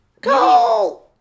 Go